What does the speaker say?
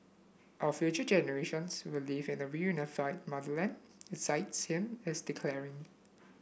our future generations will live in a reunified motherland it cites him as declaring